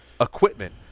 equipment